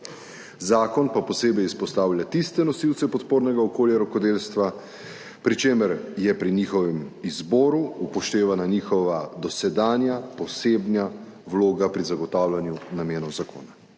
Zakon pa posebej izpostavlja tiste nosilce podpornega okolja rokodelstva, pri čemer je pri njihovem izboru upoštevana njihova dosedanja posebna vloga pri zagotavljanju namenov zakona.